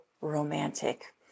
romantic